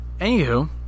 Anywho